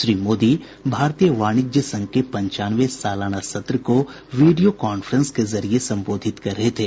श्री मोदी भारतीय वाणिज्य संघ के पंचानवें सालाना सत्र को वीडियो कांफ्रेंस के जरिए संबोधित कर रहे थे